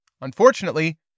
Unfortunately